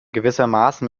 gewissermaßen